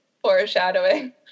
foreshadowing